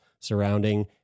surrounding